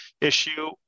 issue